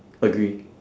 agree